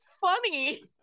funny